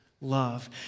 love